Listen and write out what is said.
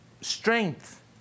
Strength